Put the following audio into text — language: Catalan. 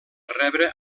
rebre